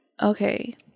okay